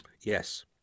Yes